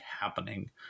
happening